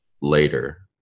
later